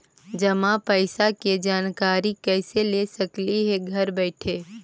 जमा पैसे के जानकारी कैसे ले सकली हे घर बैठे?